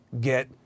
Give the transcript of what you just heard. get